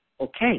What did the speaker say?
okay